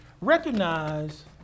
recognize